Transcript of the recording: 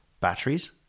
batteries